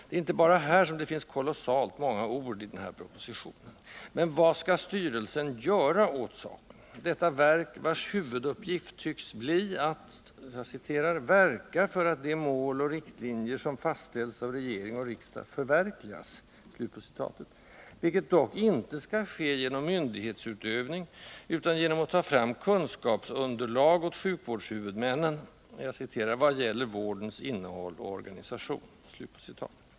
Det är inte bara här som det finns kolossalt många ord i den här propositionen. Men vad skall styrelsen göra åt saken — detta verk vars huvuduppgift tycks bli att ”verka för att de mål och riktlinjer som fastställts av regering och riksdag förverkligas”, vilket dock inte skall ske genom myndighetsutövning utan genom att ta fram kunskapsunderlag åt sjukvårdshuvudmännen ”vad gäller vårdens innehåll och organisation”?